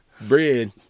bread